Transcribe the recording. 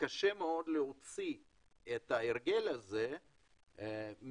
קשה מאוד להוציא את ההרגל הזה מהציבור.